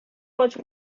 pode